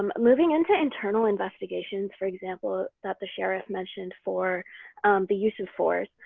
um moving into internal investigations for example that the sheriff mentioned for the use of force.